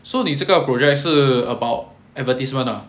so 你这个 project 是 about advertisement lah